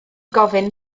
gofyn